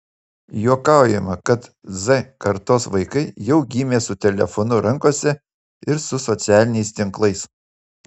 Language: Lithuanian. juokaujama kad z kartos vaikai jau gimė su telefonu rankose ir su socialiniais tinklais